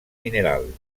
mineral